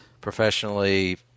professionally